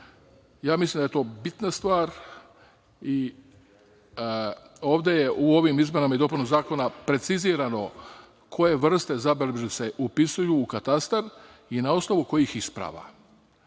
Ja mislim da je to bitna stvar i u ovim izmenama i dopunama zakona je precizirano koje vrste zabeležbi se upisuju u katastar i na osnovu kojih isprava.